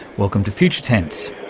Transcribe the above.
welcome to future tense.